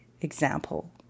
example